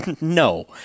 no